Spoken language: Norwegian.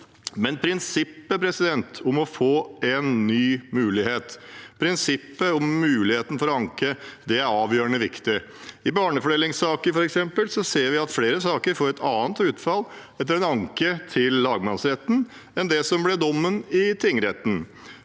Prinsippet om å få en ny mulighet, prinsippet om mulighet til å anke, er avgjørende viktig. I f.eks. barnefordelingssaker ser vi at flere saker får et annet utfall etter en anke til lagmannsretten enn det som ble dommen i tingretten.